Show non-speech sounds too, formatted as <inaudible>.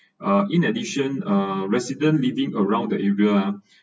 <breath> uh in addition uh resident living around the area ah <breath>